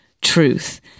truth